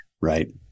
Right